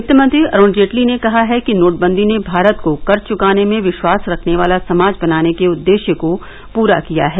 वित्तमंत्री अरुण जेटली ने कहा है कि नोटबंदी ने भारत को कर चुकाने में विश्वास रखने वाला समाज बनाने के उद्देश्य को पूरा किया है